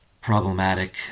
problematic